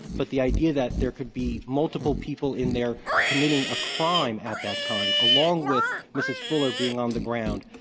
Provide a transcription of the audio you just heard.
but the idea that there could be multiple people in there committing a crime at that time along with mrs. fuller being on the ground,